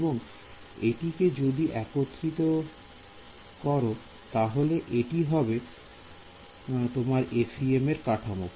এবং এটিকে যদি একত্রিত করো তাহলে এটি হবে তোমার FEM এর কাঠামো